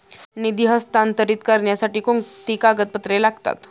निधी हस्तांतरित करण्यासाठी कोणती कागदपत्रे लागतात?